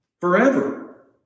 forever